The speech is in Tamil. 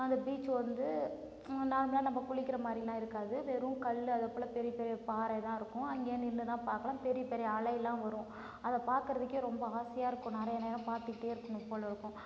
அந்த பீச் வந்து நார்மலாக நம்ம குளிக்கிற மாதிரிலாம் இருக்காது வெறும் கல் அதை போல் பெரிய பெரிய பாறையெலாம் இருக்கும் அங்கே நின்று தான் பார்க்கலாம் பெரிய பெரிய அலையெலாம் வரும் அதை பார்க்கறதுக்கே ரொம்ப ஆசையாக இருக்கும் நிறைய நேரம் பார்த்துக்கிட்டே இருக்கணும் போல் இருக்கும்